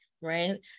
right